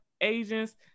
agents